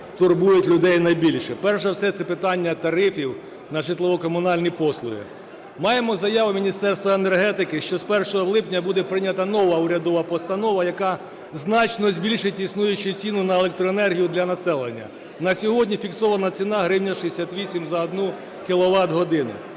турбують людей найбільше. Перш за все це питання тарифів на житлово-комунальні послуги. Маємо заяву Міністерства енергетики, що з 1 липня буде прийнята нова урядова постанова, яка значно збільшить існуючу ціну на електроенергію для населення. На сьогодні фіксована ціна – 1 гривня 68 за одну кіловат-годину.